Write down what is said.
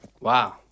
Wow